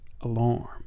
alarm